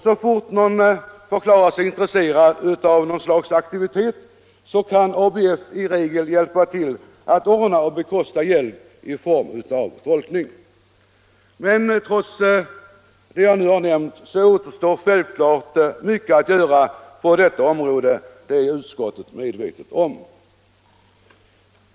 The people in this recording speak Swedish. Så fort någon förklarar sig intresserad av något slags aktivitet, kan ABF i regel hjälpa till att ordna och bekosta hjälp i form av tolkning. Men trots det jag nu har nämnt återstår självklart mycket att göra på detta område, det är utskottet medvetet om.